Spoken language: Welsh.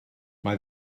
mae